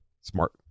smart